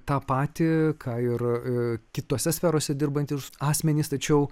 tą patį ką ir kitose sferose dirbantys asmenys tačiau